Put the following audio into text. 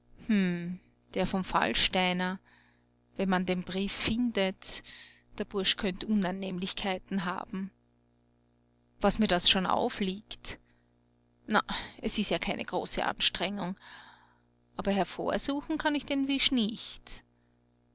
der vom fallsteiner wenn man den brief findet der bursch könnt unannehmlichkeiten haben was mir das schon aufliegt na es ist ja keine große anstrengung aber hervorsuchen kann ich den wisch nicht